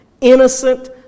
innocent